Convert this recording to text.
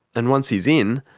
and once he's in,